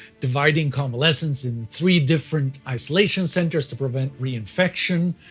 dividing convalescents in three different isolation centers to prevent reinfection,